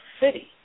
City